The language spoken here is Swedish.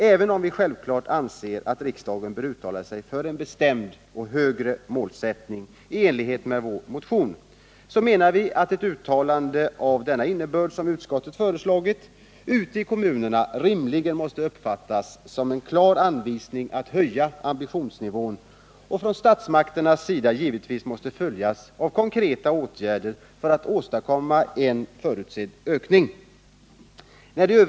Även om vi självfallet anser att riksdagen bör uttala sig för en bestämd och högre målsättning i enlighet med vår motion, menar vi att ett uttalande av den innebörd som utskottet föreslagit ute i kommunerna rimligen måste uppfattas som en klar anvisning att höja ambitionsnivån och från statsmakternas sida givetvis måste följas av konkreta åtgärder för att åstadkomma en förutsedd ökning.